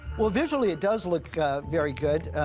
well visually it does look very good.